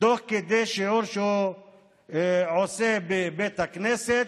תוך כדי שיעור שהוא עושה בבית הכנסת.